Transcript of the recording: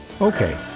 Okay